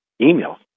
email